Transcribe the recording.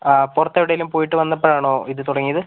പുറത്ത് എവിടെയെങ്കിലും പോയിട്ട് വന്നപ്പോഴാണോ ഇത് തുടങ്ങിയത്